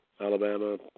Alabama